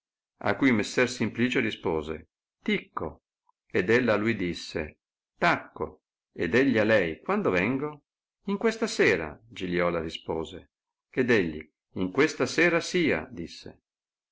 a cui messer simplicio rispose ticco ed ella a lui disse tacco ed egli a lei quando vengo in questa sera giliola rispose ed egli in questa sera sia disse